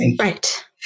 right